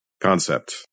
concept